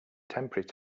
temporary